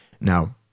Now